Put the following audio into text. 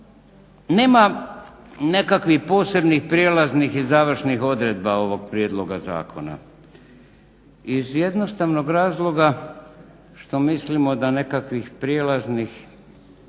Nemam nekakvih posebnih prijelaznih i završnih odredba ovog prijedloga zakona iz jednostavnog razloga što mislimo da nekakvih prijelaznih